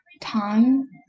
time